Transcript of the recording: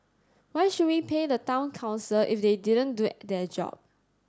why should we pay the Town Council if they didn't do their job